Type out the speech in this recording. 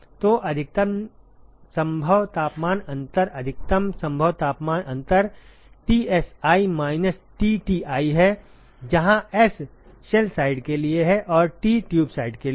तो अधिकतम संभव तापमान अंतर अधिकतम संभव तापमान अंतर Tsi माइनस Tti है जहां s शेल साइड के लिए है और t ट्यूब साइड के लिए है